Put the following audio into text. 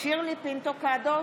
שירלי פינטו קדוש,